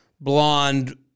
blonde